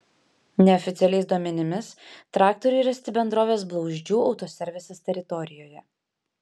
neoficialiais duomenimis traktoriai rasti bendrovės blauzdžių autoservisas teritorijoje